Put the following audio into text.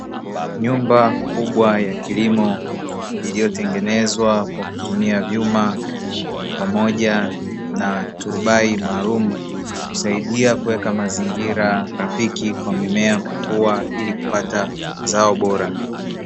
Nyumba kubwa ya kilimo iliyotengenezwa kwa kutumia vyuma pamoja na turubai maalumu, husaidia kuweka mazingira rafiki kwa mimea kukua ili kupata zao bora.